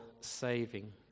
saving